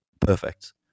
perfect